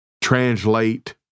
translate